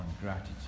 gratitude